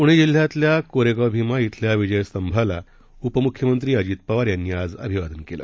पुणेजिल्ह्यातल्याकोरेगावभीमाइथल्याविजयस्तंभालाउपमुख्यमंत्रीअजितपवारयांनीआजअभिवादनकेलं